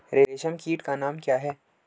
रेशम कीट का नाम क्या है?